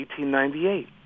1898